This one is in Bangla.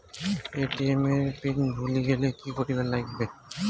এ.টি.এম এর পিন ভুলি গেলে কি করিবার লাগবে?